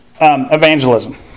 evangelism